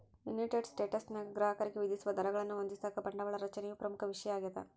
United ಸ್ಟೇಟ್ಸ್ನಾಗ ಗ್ರಾಹಕರಿಗೆ ವಿಧಿಸುವ ದರಗಳನ್ನು ಹೊಂದಿಸಾಕ ಬಂಡವಾಳ ರಚನೆಯು ಪ್ರಮುಖ ವಿಷಯ ಆಗ್ಯದ